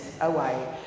away